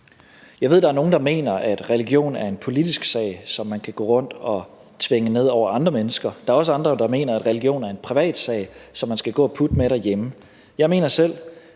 Jeg ved, at der er nogle, der mener, at religion er en politisk sag, som man kan gå rundt og tvinge ned over andre mennesker. Der er også andre, der mener, at religion er en privatsag, som man skal gå og putte med derhjemme. Jeg mener selv,